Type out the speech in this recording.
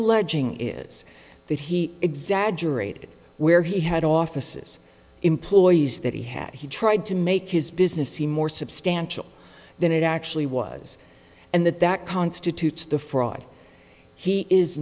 alleging is that he exaggerated where he had offices employees that he had he tried to make his business seem more substantial than it actually was and that that constitutes the fraud he is